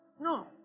No